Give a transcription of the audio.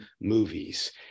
movies